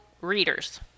readers